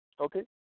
okay